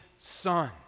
Son